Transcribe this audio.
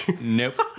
Nope